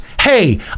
Hey